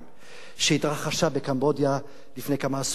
שהתרחש בקמבודיה לפני כמה עשרות שנים,